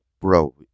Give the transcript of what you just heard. bro